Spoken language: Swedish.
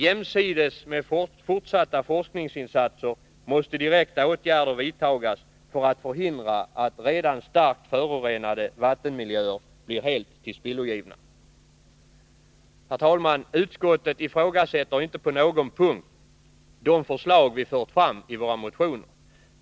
Jämsides med fortsatta forskningsinsatser måste direkta åtgärder vidtas för att förhindra att redan starkt förorenade vattenmiljöer blir helt tillspillogivna. Herr talman! Utskottet ifrågasätter inte på någon punkt de förslag vi fört fram i våra motioner.